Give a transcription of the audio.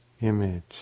image